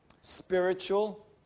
spiritual